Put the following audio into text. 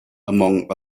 among